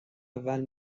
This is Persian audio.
اول